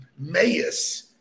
Mayus